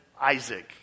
Isaac